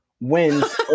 wins